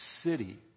city